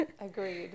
Agreed